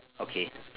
okay